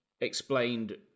explained